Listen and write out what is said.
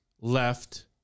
left